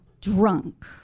drunk